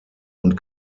und